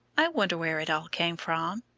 i wondered where it all came from.